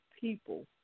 people